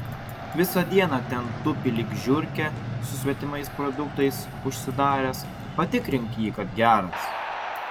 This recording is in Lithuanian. visą dieną ten tupi lyg žiurkė su svetimais produktais užsidaręs patikrink jį kad geras